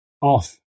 off